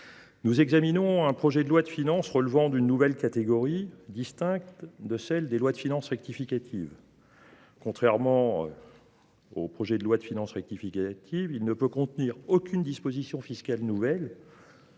nous examinons un projet de loi de finances relevant d’une nouvelle catégorie, distincte de celle des lois de finances rectificatives. Contrairement à un projet de loi de finances rectificative, il ne peut contenir aucune disposition fiscale nouvelle,